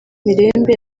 mirembe